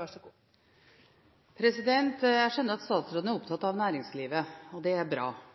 eksemplene han nevner, er ting man kan gjøre noe med på norsk side uten at det